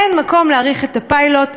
אין מקום להאריך את הפיילוט.